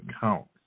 count